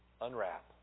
unwrap